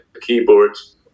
keyboards